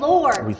Lord